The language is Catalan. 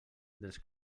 dels